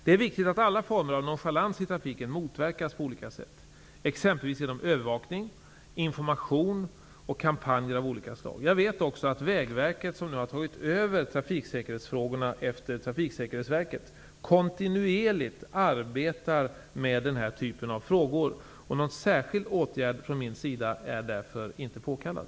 Det är viktigt att alla former av nonchalans i trafiken motverkas på olika sätt, exempelvis genom övervakning, information och kampanjer av olika slag. Jag vet också att Vägverket, som nu har tagit över trafiksäkerhetsfrågorna efter Trafiksäkerhetsverket, kontinuerligt arbetar med den här typen av frågor, och någon särskild åtgärd från min sida är därför inte påkallad.